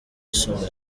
isomero